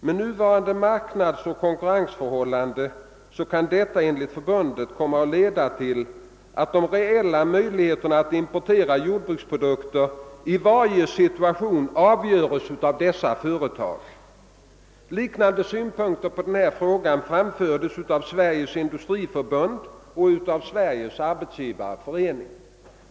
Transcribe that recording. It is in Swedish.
Med nuvarande marknadsoch konkurrensförhållanden kan detta enligt förbundet komma att leda till att de reella möjligheterna att importera jordbruksprodukter i varje situation avgörs av dessa företag.» Liknande synpunkter på denna fråga framfördes av Sveriges industriförbund och Svenska arbetsgivareföreningen.